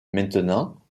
maintenant